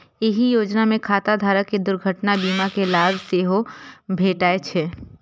एहि योजना मे खाता धारक कें दुर्घटना बीमा के लाभ सेहो भेटै छै